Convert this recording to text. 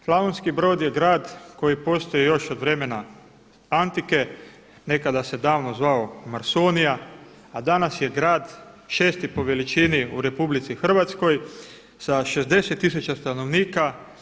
Slavonski Brod je grad koji postoji još od vremena antike, nekada se davno zvao Marsonia a danas je grad 6. po veličini u RH sa 60 tisuća stanovnika.